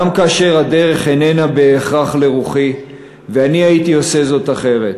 גם כאשר הדרך איננה בהכרח לרוחי ואני הייתי עושה זאת אחרת.